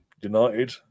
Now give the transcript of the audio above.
United